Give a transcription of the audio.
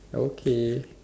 okay